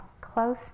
close